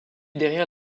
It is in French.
derrière